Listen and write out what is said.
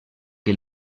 que